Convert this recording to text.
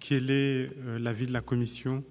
Quel est l'avis de la commission ?